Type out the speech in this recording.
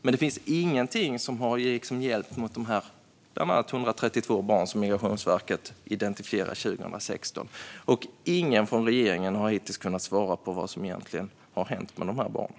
Men det finns ingenting som har gällt gentemot bland annat de 132 barn som Migrationsverket identifierade 2016. Ingen från regeringen har hittills kunnat svara på vad som egentligen har hänt med de här barnen.